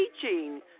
teaching